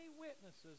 witnesses